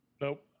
Nope